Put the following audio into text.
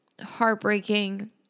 heartbreaking